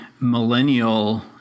millennial